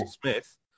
smith